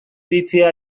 iritzia